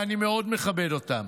ואני מאוד מכבד אותם?